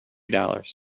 dollars